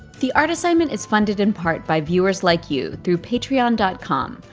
the art assignment is funded in part by viewers like you through patreon and com,